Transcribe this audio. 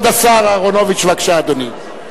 כבוד השר אהרונוביץ, בבקשה, אדוני.